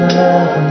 love